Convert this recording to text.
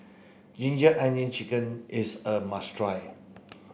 ginger onion chicken is a must try